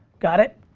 got it?